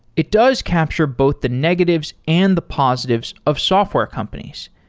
it does capture both the negatives and the positives of software companies.